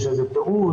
יש איזה תיעוד?